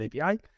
api